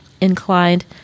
inclined